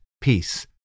peace